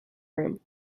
room